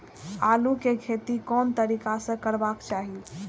आलु के खेती कोन तरीका से करबाक चाही?